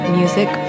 music